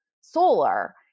solar